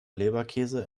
leberkäse